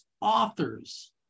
authors